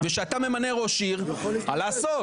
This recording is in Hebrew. וכשאתה ממנה ראש עיר, מה לעשות?